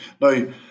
Now